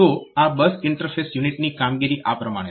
તો આ બસ ઈન્ટરફેસ યુનિટની કામગીરી આ પ્રમાણે છે